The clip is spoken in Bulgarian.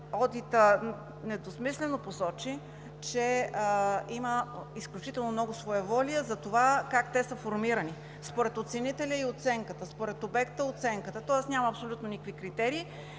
Одитът недвусмислено посочи, че има изключително много своеволия за това как те са формирани – според оценителя и оценката, според обекта – оценката, тоест няма абсолютно никакви критерии